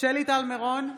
שלי טל מירון,